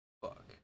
Fuck